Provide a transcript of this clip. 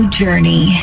journey